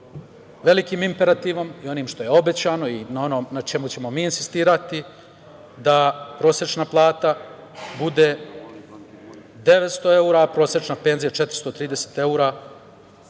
velikim imperativom i onim što je obećano i onim na čemu ćemo mi insistirati da prosečna plata bude 900 evra, a prosečna penzija 430 evra